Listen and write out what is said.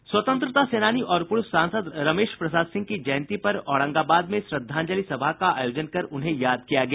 स्वतंत्रता सेनानी और पूर्व सांसद रमेश प्रसाद सिंह की जयंती पर औरंगाबाद में श्रद्धांजलि सभा का आयोजन कर उन्हें याद किया गया